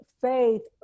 faith